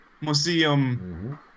Museum